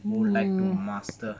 more like to master